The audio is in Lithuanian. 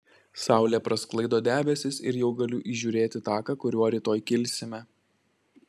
saulė prasklaido debesis ir jau galiu įžiūrėti taką kuriuo rytoj kilsime